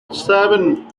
seven